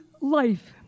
life